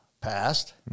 passed